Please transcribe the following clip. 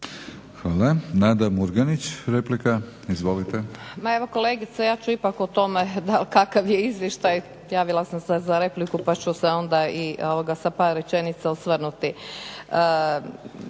Izvolite. **Murganić, Nada (HDZ)** Ma evo kolegice ja ću ipak o tome da ali kakav je izvještaj. Javila sam se za repliku, pa ću se onda i sa par rečenica osvrnuti.